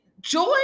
Joy